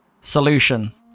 solution